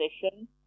position